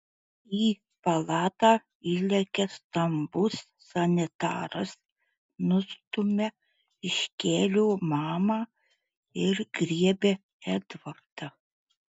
į palatą įlekia stambus sanitaras nustumia iš kelio mamą ir griebia edvardą